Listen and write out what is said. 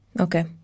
Okay